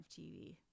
TV